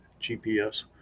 GPS